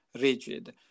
rigid